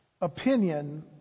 opinion